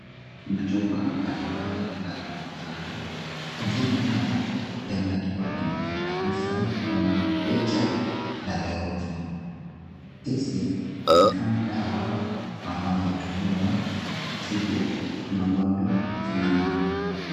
Kuna chupa mbalimbali vinavyoonekana. Majina yao yameandikwa kwenye chupa hizo kama vile DEJA na LEOKI. Hizi ni kama dawa ambazo hutumiwa kutibu magonjwa fulani.